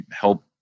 help